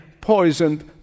poisoned